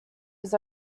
his